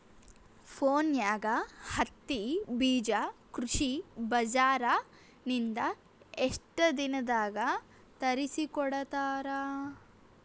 ಫೋನ್ಯಾಗ ಹತ್ತಿ ಬೀಜಾ ಕೃಷಿ ಬಜಾರ ನಿಂದ ಎಷ್ಟ ದಿನದಾಗ ತರಸಿಕೋಡತಾರ?